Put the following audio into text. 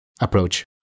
approach